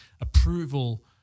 approval